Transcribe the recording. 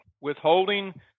Withholding